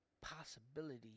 possibility